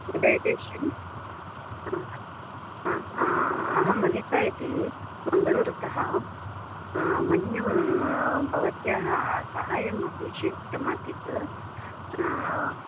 डैटिश्यन् आ अहम् अनिता इति मङ्गलूरुत मह्यं भवत्या साहाय्यम् अपेक्षितम् आसीत्